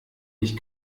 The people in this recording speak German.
ich